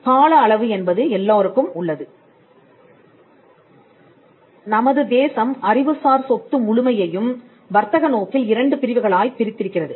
கால அளவு என்பது எல்லாருக்கும் உள்ளது l நமது தேசம் அறிவுசார் சொத்து முழுமையையும் வர்த்தக நோக்கில் 2 பிரிவுகளாய்ப் பிரித்திருக்கிறது